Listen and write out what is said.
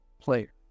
player